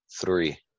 three